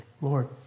Lord